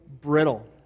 brittle